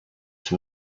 from